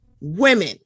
women